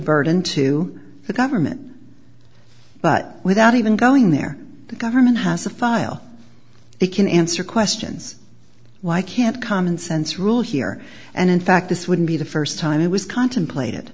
burden to the government but without even going there the government has a file they can answer questions why can't commonsense rule here and in fact this wouldn't be the first time it was contemplated